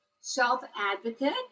self-advocate